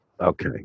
Okay